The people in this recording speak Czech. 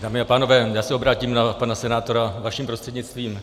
Dámy a pánové, obrátím se na pana senátora vaším prostřednictvím.